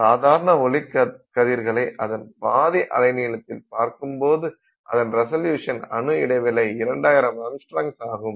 சாதா ஒளிக்கதிர்களை அதின் பாதி அலைநீளத்தில் பார்க்கும் போது அதன் ரிசல்யுசன் அணு இடைவெளி 2000 ஆங்ஸ்ட்ராம்ஸ் ஆகும்